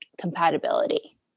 compatibility